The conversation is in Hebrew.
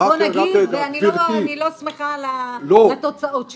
גברתי --- ואני לא שמחה על התוצאות שלה.